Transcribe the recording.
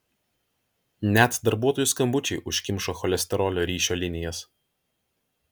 net darbuotojų skambučiai užkimšo cholesterolio ryšio linijas